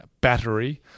battery